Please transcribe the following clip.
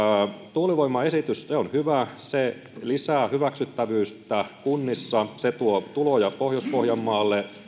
tuulivoimaesitys on hyvä se lisää hyväksyttävyyttä kunnissa se tuo tuloja pohjois pohjanmaalle